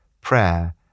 prayer